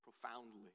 profoundly